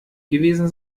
gewesen